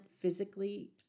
physically